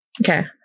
Okay